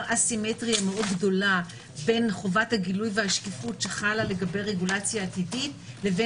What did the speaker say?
א-סימיטרי גדולה בין חובת הגילוי והשקיפות שחלה לגבי רגולציה עתידית לבין